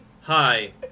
Hi